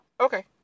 Okay